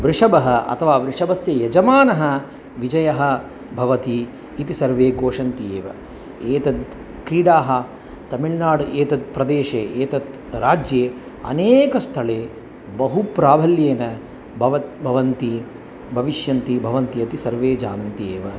वृषभः अथवा वृषभस्य यजमानः विजयः भवति इति सर्वे घोषयन्ति एव एतत् क्रीडा तमिळ्नाडु एतद् प्रदेशे एतत् राज्ये अनेकस्थले बहु प्राभल्येन भव भवति भविष्यति भवन्ति इति सर्वे जानन्ति एव